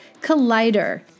Collider